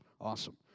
Awesome